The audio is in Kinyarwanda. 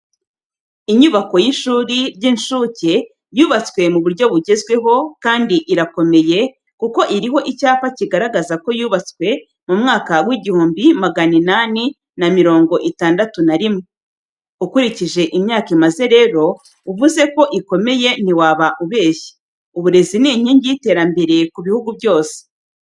Inyubako y'ishuri ry'incuke yubatswe mu buryo bugezweho, kandi irakomeye, kuko iriho icyapa kigaragaza ko yubatswe mu mwaka w'igihumbi magana inani na mirongo itandatu na rimwe. Ukurikije imyaka imaze rero, uvuze ko ikomeye ntiwaba ubeshye. Uburezi ni inkingi y'iterambere ku bihugu byose.